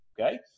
Okay